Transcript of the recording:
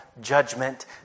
judgment